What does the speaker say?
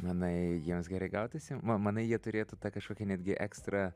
manai jiems gerai gautųsi ma manai jie turėtų tą kažkokį netgi ekstra